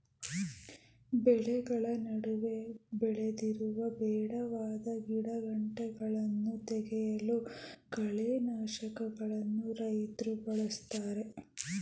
ಬೆಳೆಗಳ ನಡುವೆ ಬೆಳೆದಿರುವ ಬೇಡವಾದ ಗಿಡಗಂಟೆಗಳನ್ನು ತೆಗೆಯಲು ಕಳೆನಾಶಕಗಳನ್ನು ರೈತ್ರು ಬಳ್ಸತ್ತರೆ